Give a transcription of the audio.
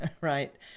right